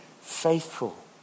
faithful